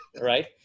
right